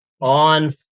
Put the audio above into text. on